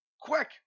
Quick